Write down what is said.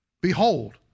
Behold